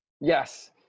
Yes